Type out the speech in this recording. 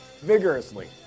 Vigorously